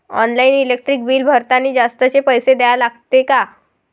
Online electric bill भरतानी जास्तचे पैसे द्या लागते का?